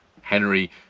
Henry